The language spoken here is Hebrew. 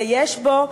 ויש בו,